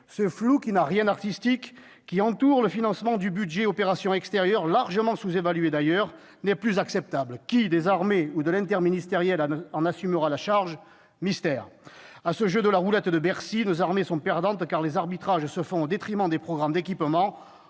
le flou, qui n'a rien d'artistique, entourant le financement du budget des OPEX, d'ailleurs largement sous-évalué, n'est plus acceptable. Qui des armées ou de l'interministériel en assumera la charge ? Mystère ... À ce jeu de « la roulette de Bercy », nos armées sont perdantes, car les arbitrages se font au détriment des programmes d'équipements.